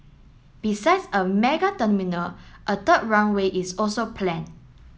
besides a mega terminal a third runway is also planned